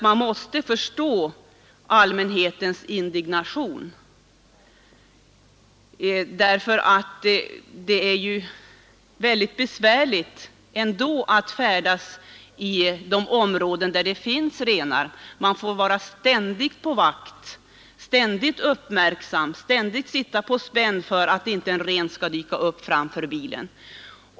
Man måste förstå allmänhetens indignation, därför att det är besvärligt att färdas i de områden där det finns renar. Man får ständigt vara på vakt, ständigt vara uppmärksam, ständigt sitta på spänn om en ren skulle dyka upp framför bilen.